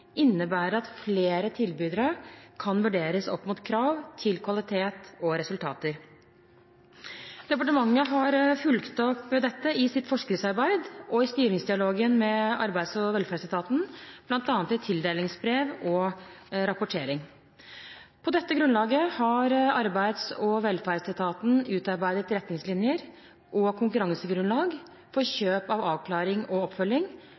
innebærer at flere tilbydere kan vurderes opp mot krav til kvalitet og resultater. Departementet har fulgt opp dette i sitt forskriftsarbeid og i styringsdialogen med arbeids- og velferdsetaten, bl.a. i tildelingsbrev og rapportering. På dette grunnlaget har arbeids- og velferdsetaten utarbeidet retningslinjer og konkurransegrunnlag for kjøp av avklarings- og